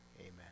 amen